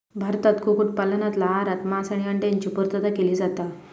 भारतात कुक्कुट पालनातना आहारात मांस आणि अंड्यांची पुर्तता केली जाता